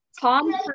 Tom